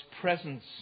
presence